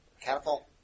Catapult